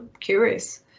curious